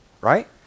Right